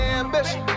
ambition